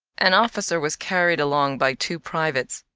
an officer was carried along by two privates.